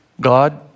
God